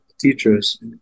teachers